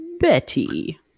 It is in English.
betty